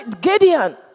Gideon